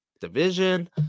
division